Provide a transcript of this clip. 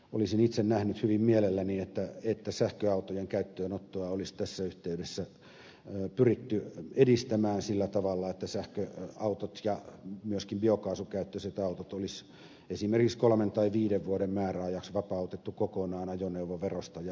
olisin itse nähnyt hyvin mielelläni että sähköautojen käyttöönottoa olisi tässä yhteydessä pyritty edistämään sillä tavalla että sähköautot ja myöskin biokaasukäyttöiset autot olisi esimerkiksi kolmen tai viiden vuoden määräajaksi vapautettu kokonaan ajoneuvoverosta ja autoverosta